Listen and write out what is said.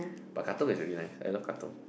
but Katong is really nice I love Katong